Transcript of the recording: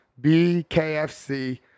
BKFC